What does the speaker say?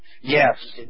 Yes